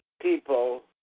people